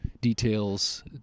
details